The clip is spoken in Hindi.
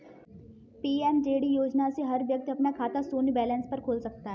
पी.एम.जे.डी योजना से हर व्यक्ति अपना खाता शून्य बैलेंस पर खोल सकता है